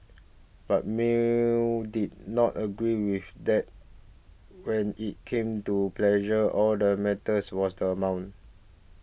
but Mill did not agree with that when it came to pleasure all that matters was the amount